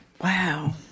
Wow